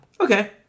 okay